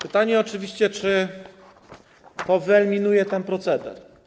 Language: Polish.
Pytanie oczywiście, czy to wyeliminuje ten proceder.